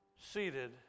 seated